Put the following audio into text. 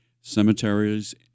cemeteries